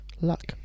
Luck